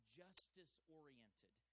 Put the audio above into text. justice-oriented